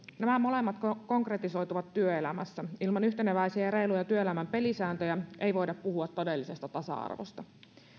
nämä molemmat konkretisoituvat työelämässä ilman yhteneväisiä ja reiluja työelämän pelisääntöjä ei voida puhua todellisesta tasa arvosta